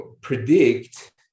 predict